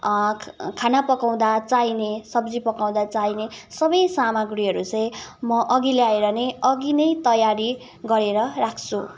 खाना पकाउँदा चाहिने सबै सब्जी पकाउँदा चाहिने सबै सामग्रीहरू चाहिँ म अघि ल्याएर नै अघि नै तयारी गरेर राख्छु